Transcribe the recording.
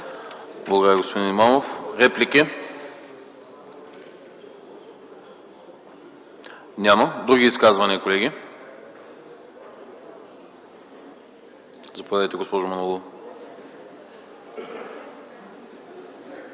Благодаря, господин Имамов. Реплики? Няма. Други изказвания, колеги? Заповядайте, госпожо Манолова.